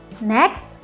Next